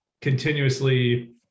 continuously